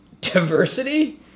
diversity